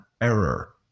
error